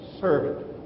servant